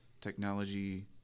technology –